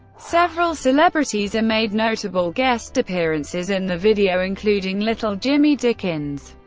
several celebrities made notable guest appearances in the video, including little jimmy dickens,